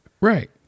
Right